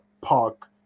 park